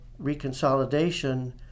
reconsolidation